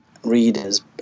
readers